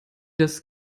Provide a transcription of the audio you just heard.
das